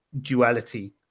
duality